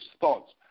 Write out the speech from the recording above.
thoughts